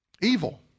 Evil